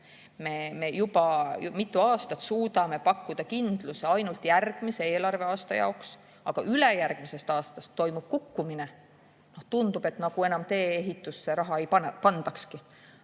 Me juba mitu aastat suudame pakkuda kindluse ainult järgmise eelarveaasta jaoks, aga ülejärgmisest aastast toimub kukkumine, tundub, nagu enam tee-ehitusse raha ei pandakski.